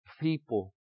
people